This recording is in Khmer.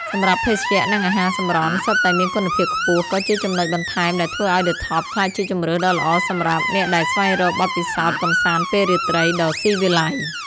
សម្រាប់ភេសជ្ជៈនិងអាហារសម្រន់សុទ្ធតែមានគុណភាពខ្ពស់ ក៏ជាចំណុចបន្ថែមដែលធ្វើឱ្យ ឌឹ ថប់ ក្លាយជាជម្រើសដ៏ល្អសម្រាប់អ្នកដែលស្វែងរកបទពិសោធន៍កម្សាន្តពេលរាត្រីដ៏ស៊ីវិល័យ។